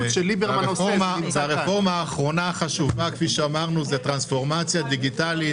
הרפורמה האחרונה החשובה היא טרנספורמציה דיגיטלית.